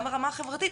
גם ברמה החברתית,